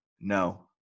No